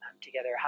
Together